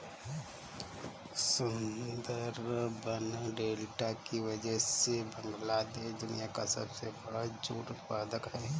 Sundarban delta की वजह से बांग्लादेश दुनिया का सबसे बड़ा जूट उत्पादक है